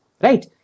Right